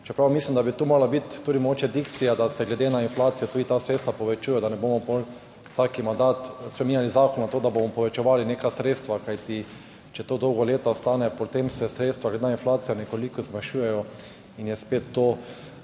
Čeprav mislim, da bi tu morala biti mogoče dikcija, da se glede na inflacijo tudi ta sredstva povečujejo, da ne bomo potem vsak mandat spreminjali zakona, da bomo povečevali neka sredstva. Kajti če to dolga leta ostane, potem se sredstva glede na inflacijo nekoliko zmanjšujejo in so spet ta